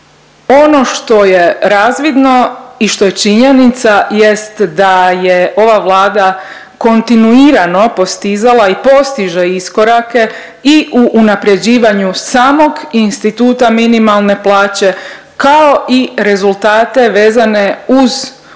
Ono što je razvidno i što je činjenica jest da je ova Vlada kontinuirano postizala i postiže iskorake i u unaprjeđivanju samog instituta minimalne plaće, kao i rezultate vezane uz kontinuirani